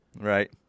Right